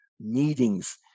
meetings